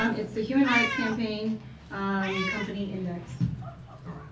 um it's the human rights campaign company index. all right.